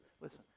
listen